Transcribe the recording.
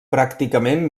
pràcticament